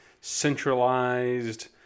centralized